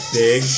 big